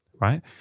right